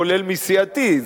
כולל מסיעתי.